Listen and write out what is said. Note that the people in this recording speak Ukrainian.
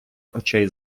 очей